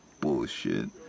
Bullshit